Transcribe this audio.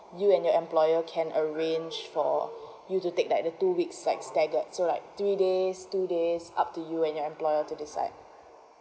you and your employer can arrange for you to take that the two weeks like stack it so like three days two days up to you and your employer to decide